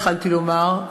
התחלתי לומר,